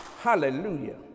Hallelujah